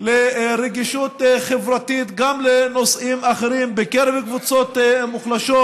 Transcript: לרגישות חברתית גם לנושאים אחרים בקרב קבוצות מוחלשות,